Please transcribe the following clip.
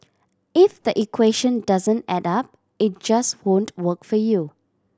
if the equation doesn't add up it just won't work for you